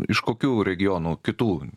iš kokių regionų kitų